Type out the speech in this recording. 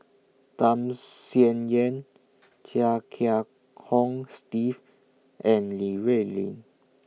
Tham Sien Yen Chia Kiah Hong Steve and Li Rulin